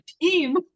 team